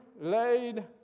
laid